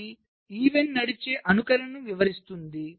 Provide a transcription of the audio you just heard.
ఇది ఈవెంట్ నడిచే అనుకరణను వివరిస్తుంది